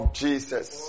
jesus